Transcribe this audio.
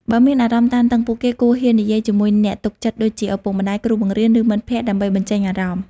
បើមានអារម្មណ៍តានតឹង ពួកគេគួរហ៊ាននិយាយជាមួយអ្នកទុកចិត្តដូចជា ឪពុកម្ដាយ គ្រូបង្រៀន ឬមិត្តភ័ក្តិដើម្បីបញ្ចេញអារម្មណ៍។